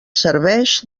serveix